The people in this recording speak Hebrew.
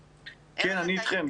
כן, אני אתכם.